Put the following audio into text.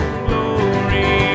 glory